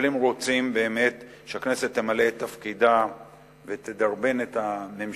אבל אם רוצים באמת שהכנסת תמלא את תפקידה ותדרבן את הממשלה